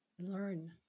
learn